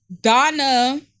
Donna